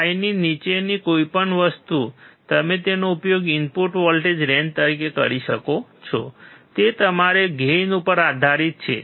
5 ની નીચેની કોઈપણ વસ્તુ તમે તેનો ઉપયોગ ઇનપુટ વોલ્ટેજ રેંજ તરીકે કરી શકો છો તે તમારા ગેઇન ઉપર આધારિત છે